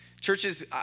churches